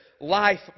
life